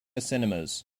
cinemas